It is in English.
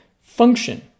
function